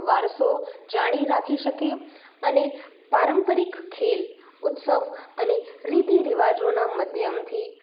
વારસો જાળવી રાખી શકે અને પારંપરિક ખેલ ઊત્સવ અને રીતિ રિવાજોના માધ્યમથી